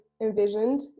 envisioned